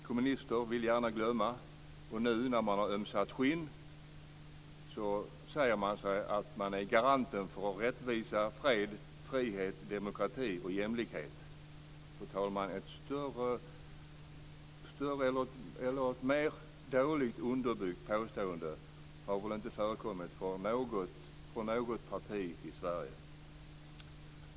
Kommunister vill gärna glömma, och nu när man har ömsat skinn säger man att man är garanten för rättvisa, fred, frihet, demokrati och jämlikhet. Fru talman! Ett sämre underbyggt påstående har inte förekommit från något parti i Sverige.